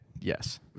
Yes